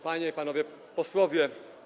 Panie i Panowie Posłowie!